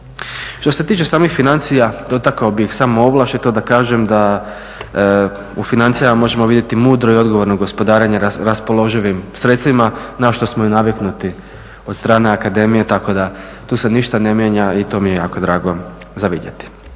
Što se tiče samih financija dotakao bih samo ovlaš i to da kažem da u financijama možemo vidjeti mudro i odgovoreno gospodarenje raspoloživim sredstvima na što smo i naviknuti od strane akademije tako da tu se ništa ne mijenja i to mi je jako drago za vidjeti.